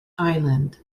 island